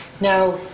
Now